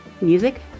Music